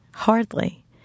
hardly